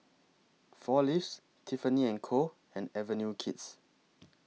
four Leaves Tiffany and Co and Avenue Kids